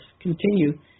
continue